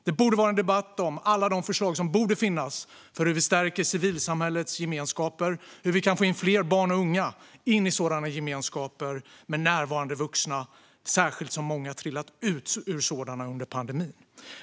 Det borde vara en debatt om alla de förslag som borde finnas för hur vi kan stärka civilsamhällets gemenskaper och hur vi kan få in fler barn och unga i sådana gemenskaper med närvarande vuxna, särskilt som många trillat ur sådana under pandemin.